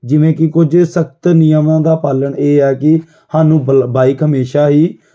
ਜਿਵੇਂ ਕਿ ਕੁਝ ਸਖਤ ਨਿਯਮਾਂ ਦਾ ਪਾਲਣ ਇਹ ਹੈ ਕਿ ਸਾਨੂੰ ਬਲ ਬਾਈਕ ਹਮੇਸ਼ਾ ਹੀ